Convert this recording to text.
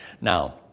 Now